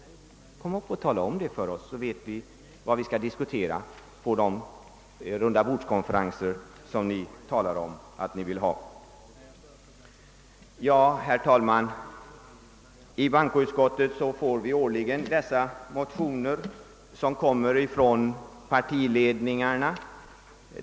Tala om det för oss, så att vi vet vad vi skall diskutera om på de rundabordskonferenser ni säger att ni vill ha. Herr talman! I bankoutskottet får vi varje år dessa motioner från partiledningarna.